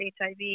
HIV